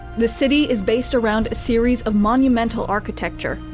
the city is based around a series of monumental architecture,